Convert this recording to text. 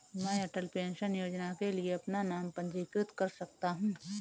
मैं अटल पेंशन योजना के लिए अपना नाम कैसे पंजीकृत कर सकता हूं?